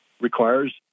requires